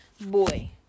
Boy